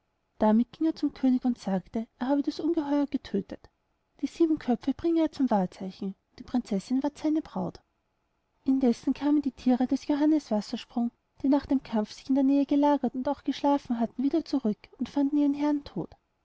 damit ging er zum könig sagte er habe das ungeheuer getödtet die sieben köpfe bringe er zum wahrzeichen und die prinzessin ward seine braut indessen kamen die thiere des johannes wassersprung die nach dem kampf sich in die nähe gelagert und auch geschlafen hatten wieder zurück und fanden ihren herrn todt